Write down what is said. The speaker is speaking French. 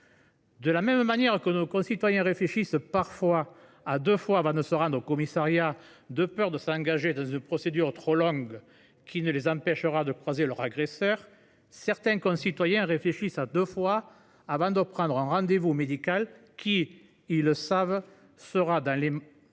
Tout comme nos concitoyens réfléchissent parfois à deux fois avant de se rendre au commissariat, de peur de s’engager dans une procédure trop longue qui ne les empêchera pas de croiser leur agresseur, ils réfléchissent également à deux fois avant de prendre un rendez vous médical qui, ils le savent, sera souvent